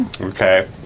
Okay